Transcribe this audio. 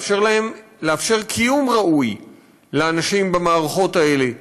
לאפשר קיום ראוי לאנשים במערכות האלה,